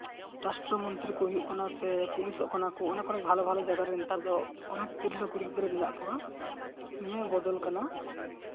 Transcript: ᱨᱟᱥᱴᱨᱚ ᱢᱚᱱᱛᱨᱤ ᱠᱚ ᱦᱩᱭᱩᱜ ᱠᱟᱱᱟ ᱥᱮ ᱯᱩᱞᱤᱥᱚᱜ ᱠᱟᱱᱟ ᱠᱚ ᱚᱱᱟ ᱠᱚᱨᱮᱜ ᱵᱷᱟᱞᱮ ᱵᱷᱟᱞᱮ ᱡᱟᱭᱜᱟ ᱨᱮ ᱱᱮᱛᱟᱨ ᱫᱚ ᱚᱱᱮᱠ ᱛᱤᱨᱞᱟᱹ ᱠᱩᱲᱤ ᱜᱤᱫᱽᱨᱟᱹ ᱢᱮᱱᱟᱜ ᱠᱚᱣᱟ ᱱᱤᱭᱟᱹ ᱦᱚᱸ ᱵᱚᱫᱚᱞ ᱠᱟᱱᱟ